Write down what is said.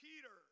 Peter